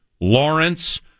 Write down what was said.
Lawrence